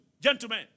gentlemen